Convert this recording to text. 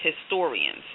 historians